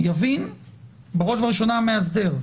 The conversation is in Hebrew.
ובראש ובראשונה המאסדר,